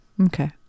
Okay